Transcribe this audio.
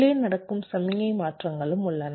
உள்ளே நடக்கும் சமிக்ஞை மாற்றங்களும் உள்ளன